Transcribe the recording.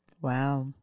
wow